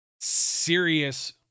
serious